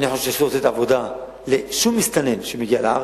אני חושב שלא צריך לתת עבודה לשום מסתנן שמגיע לארץ,